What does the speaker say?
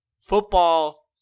football